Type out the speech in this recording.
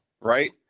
right